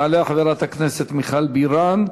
תעלה חברת הכנסת מיכל בירן,